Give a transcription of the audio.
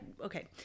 okay